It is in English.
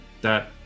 that-